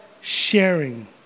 sharing